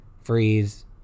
freeze